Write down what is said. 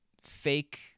fake